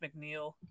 McNeil